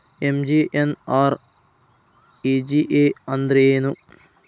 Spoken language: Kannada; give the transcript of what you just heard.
ಎಂ.ಜಿ.ಎನ್.ಆರ್.ಇ.ಜಿ.ಎ ಅಂದ್ರೆ ಏನು?